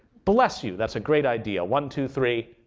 bless you, that's a great idea. one, two, three.